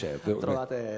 trovate